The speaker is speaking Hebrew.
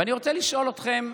ואני רוצה לשאול אתכם: